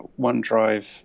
OneDrive